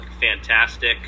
fantastic